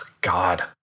God